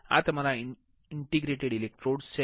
આ તમારા interdigitated electrodes છે